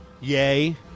Yay